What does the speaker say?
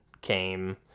came